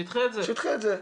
שידחה את זה.